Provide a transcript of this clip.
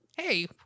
hey